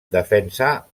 defensà